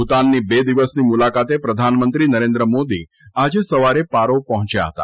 ભૂતાનની બે દિવસની મુલાકાતે પ્રધાનમંત્રી નરેન્દ્ર મોદી આજે સવારે પારો પહોંચ્યા હતા